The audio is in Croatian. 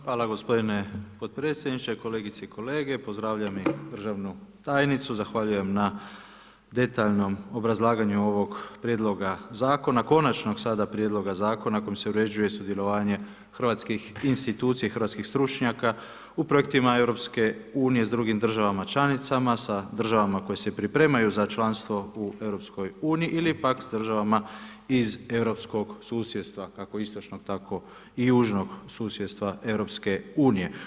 Hvala gospodine potpredsjedniče, kolegice i kolege, pozdravljam i državnu tajnicu, zahvaljujem na detaljnom obrazlaganju ovog prijedloga zakona, konačnog sada prijedloga zakona kojim se uređuje sudjelovanje hrvatskih institucija i hrvatskih stručnjaka u projektima EU-a s drugim državama članicama sa državama koje se pripremaju za članstvo u EU ili pak s državama iz europskog susjedstva, kako istočnog, tako i južnog susjedstva EU.